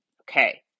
Okay